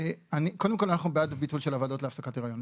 קודם כל אנחנו בעד ביטול לגמרי של ועדות להפסקת היריון.